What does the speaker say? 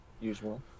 Usual